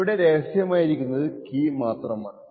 ഇവിടെ രഹസ്യമായിരിക്കുന്നത് കീ മാത്രമാണ്